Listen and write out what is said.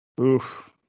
Oof